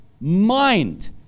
mind